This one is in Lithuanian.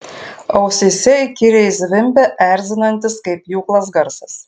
ausyse įkyriai zvimbė erzinantis kaip pjūklas garsas